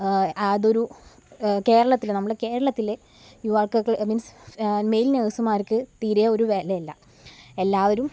അതൊരു കേരളത്തിലെ നമ്മളെ കേരളത്തിലെ യുവാക്കക്ക് മീൻസ് മെയിൽ നഴ്സുമാർക്ക് തീരെ ഒരു വിലയില്ല എല്ലാവരും